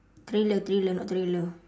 thriller thriller not trailer